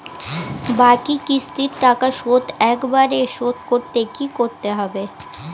বাকি কিস্তির টাকা শোধ একবারে শোধ করতে কি করতে হবে?